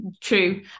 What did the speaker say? true